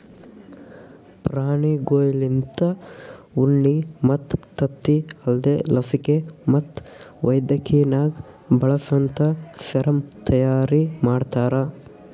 ಪ್ರಾಣಿಗೊಳ್ಲಿಂತ ಉಣ್ಣಿ ಮತ್ತ್ ತತ್ತಿ ಅಲ್ದೇ ಲಸಿಕೆ ಮತ್ತ್ ವೈದ್ಯಕಿನಾಗ್ ಬಳಸಂತಾ ಸೆರಮ್ ತೈಯಾರಿ ಮಾಡ್ತಾರ